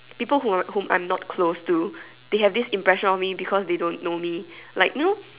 people who whom I'm not close to they have this impression of me because they don't know me